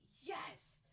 yes